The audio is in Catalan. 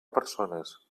persones